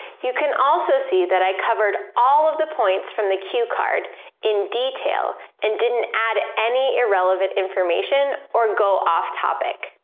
you can also see that i covered all of the points from the cue card in detail, and didn't add any irrelevant information or go off topic.